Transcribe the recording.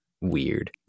weird